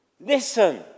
listen